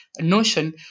notion